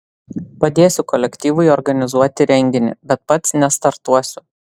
padėsiu kolektyvui organizuoti renginį bet pats nestartuosiu